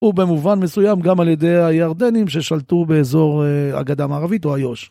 ובמובן מסוים גם על ידי הירדנים ששלטו באזור הגדה המערבית או איו"ש.